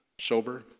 sober